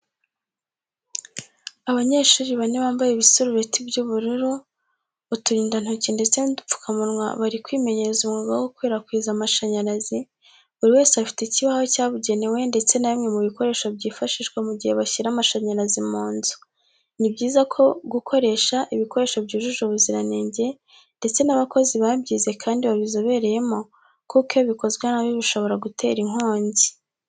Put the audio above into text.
Abanyeshuri bane bambaye ibisarubeti by'ubururu, uturindantoki ndetse n'udupfukamunwa bari kwimenyereza umwuga wo gukwirakwiza amashanyarazi, buri wese afite ikibaho cyabugenewe ndetse na bimwe mu bikoresho byifashishwa mu gihe bashyira amashanyarazi mu nzu. Ni byiza ko gukoresha ibikoresho byujuje ubuziranenge ndetse n'abakozi babyize kandi babizobereyemo kuko iyo bikozwe nabi bishobora gutera inkongi.